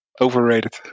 overrated